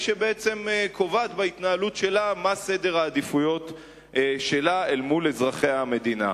שבעצם קובעת בהתנהלות שלה מה סדר העדיפויות שלה אל מול אזרחי המדינה.